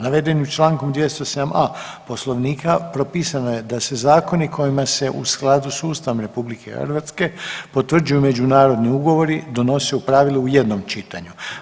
Navedenim čl. 207.a. Poslovnika propisano je da se zakoni kojima se u skladu s Ustavom RH potvrđuju međunarodni ugovori donose u pravilu u jednom čitanju.